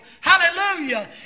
Hallelujah